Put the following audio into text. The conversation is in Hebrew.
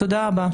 תודה רבה.